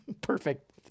Perfect